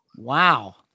Wow